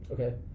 Okay